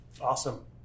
awesome